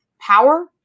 power